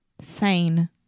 Sane